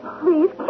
please